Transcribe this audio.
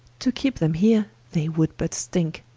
to keepe them here, they would but stinke,